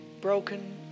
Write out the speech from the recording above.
broken